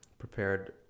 Prepared